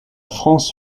france